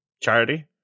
charity